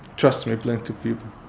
trust me, plenty of people.